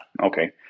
Okay